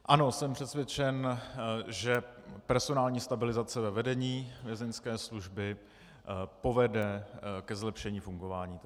Ano, jsem přesvědčen, že personální stabilizace ve vedení Vězeňské služby povede ke zlepšení fungování Vězeňské služby.